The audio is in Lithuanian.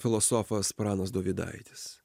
filosofas pranas dovydaitis